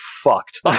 fucked